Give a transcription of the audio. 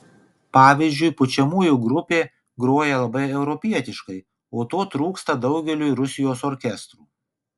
pavyzdžiui pučiamųjų grupė groja labai europietiškai o to trūksta daugeliui rusijos orkestrų